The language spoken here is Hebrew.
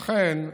לכן,